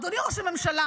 אדוני ראש הממשלה,